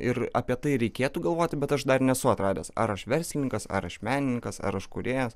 ir apie tai reikėtų galvoti bet aš dar nesu atradęs ar aš verslininkas ar aš menininkas ar aš kūrėjas